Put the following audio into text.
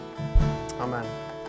Amen